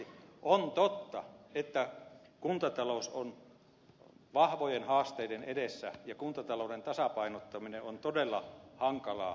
on totta että kuntatalous on vahvojen haasteiden edessä ja kuntatalouden tasapainottaminen on todella hankalaa